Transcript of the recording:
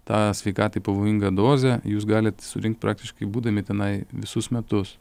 tą sveikatai pavojingą dozę jūs galit surinkt praktiškai būdami tenai visus metus